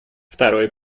второй